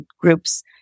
groups